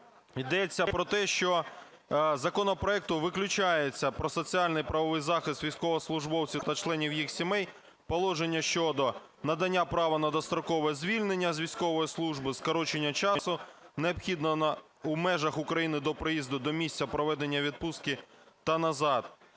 йдеться про те, що з законопроекту виключається про соціальний правовий захист військовослужбовців та членів їх сімей, положення щодо надання права на дострокове звільнення з військової служби, скорочення часу, необхідного в межах України до приїзду до місця проведення відпустки та назад.